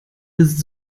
ist